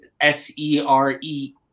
S-E-R-E